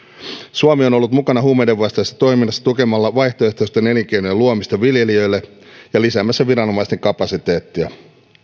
suomi on ollut mukana huumeiden vastaisessa toiminnassa tukemalla vaihtoehtoisten elinkeinojen luomista viljelijöille ja lisäämässä viranomaisten kapasiteettia